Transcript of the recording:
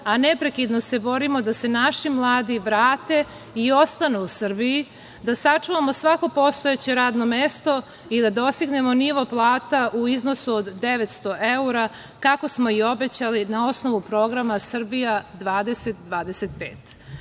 a neprekidno se borimo da se naši mladi vrate i ostanu u Srbiji, da sačuvamo svako postojeće radno mesto i da dostignemo nivo plata u iznosu od 900 evra kako smo i obećali na osnovu programa -